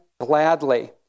gladly